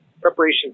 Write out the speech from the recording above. preparation